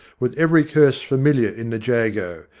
with every curse familiar in the jago,